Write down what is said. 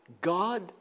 God